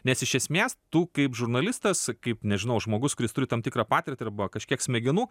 nes iš esmės tu kaip žurnalistas kaip nežinau žmogus kuris turi tam tikrą patirtį arba kažkiek smegenų